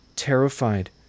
terrified